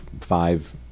five